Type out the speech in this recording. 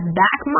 back